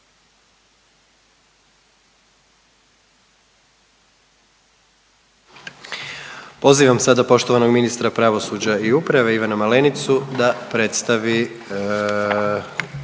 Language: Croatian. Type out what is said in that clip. Pozivam sada poštovanog ministra pravosuđa i uprave Ivana Malenicu da predstavi